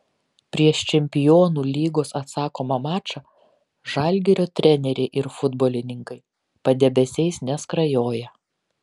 prieš čempionų lygos atsakomą mačą žalgirio treneriai ir futbolininkai padebesiais neskrajoja